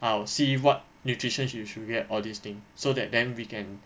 I'll see what nutrition should you should get all these thing so that then we can